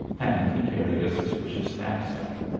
and he carried a suspicious knapsack.